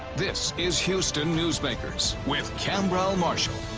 this is houston newsmakers with khambrel marshall.